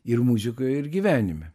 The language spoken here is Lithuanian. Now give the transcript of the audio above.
ir muzikoj ir gyvenime